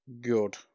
good